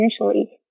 initially